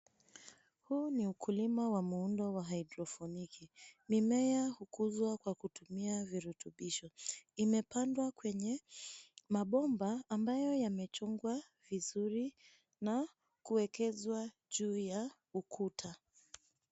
Huu ni ukulima wa muundo wa haidrofoniki. Mimea hukuzwa kwa kutumia virutubisho. Imepandwa kwenye mabomba ambayo yamechongwa vizuri na kuwekezwa juu ya ya ukuta.